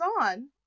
on